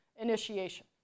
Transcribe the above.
initiation